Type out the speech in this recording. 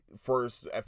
first